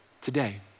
today